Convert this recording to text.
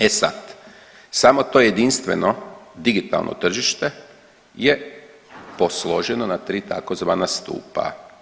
E sad, samo to jedinstveno digitalno tržište je posloženo na tri tzv. stupa.